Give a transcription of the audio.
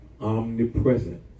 omnipresent